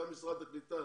גם משרד הקליטה